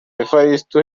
evariste